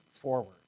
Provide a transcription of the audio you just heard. forward